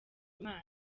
imana